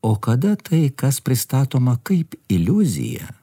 o kada tai kas pristatoma kaip iliuzija